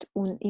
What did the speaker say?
un